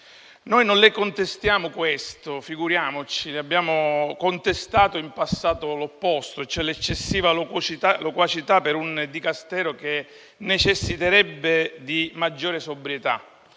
Noi non le contestiamo questo, figuriamoci; le abbiamo contestato in passato l'opposto, cioè l'eccessiva loquacità, per un Dicastero che necessiterebbe di maggiore sobrietà.